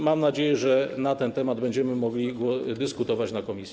Mam nadzieję, że na ten temat będziemy mogli dyskutować w komisji.